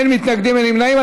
אין מתנגדים, אין נמנעים.